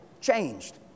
changed